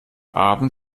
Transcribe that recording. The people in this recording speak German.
abend